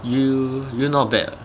you you not bad [what]